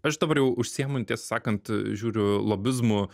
aš dabar jau užsiimu tiesą sakant žiūriu lobizmu